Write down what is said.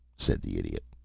said the idiot.